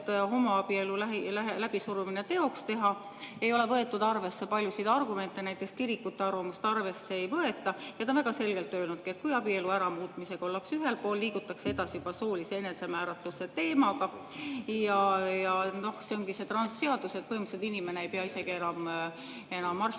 et homoabielu läbisurumine teoks teha. Aga ei ole võetud arvesse paljusid argumente, näiteks kirikute arvamust arvesse ei võeta. Ja ta on väga selgelt öelnud, et kui abielu äramuutmisega ollakse ühel pool, siis liigutakse edasi juba soolise enesemääratluse teemaga ja noh, see ongi see transseadus, et põhimõtteliselt inimene ei pea isegi enam arstide